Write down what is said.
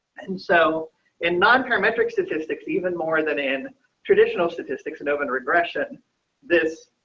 and so in non parametric statistics, even more than in traditional statistics and open regression this.